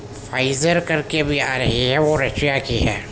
Pfizer کر کے بھی آ رہی ہے وہ رشیا کی ہے